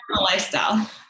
lifestyle